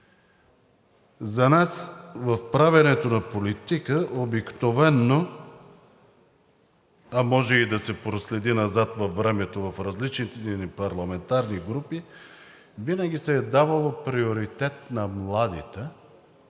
за нас в правенето на политика обикновено, а може и да се проследи назад във времето в различните ни парламентарни групи винаги се е давало приоритет на младите